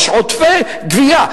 יש עודפי גבייה.